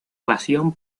pasión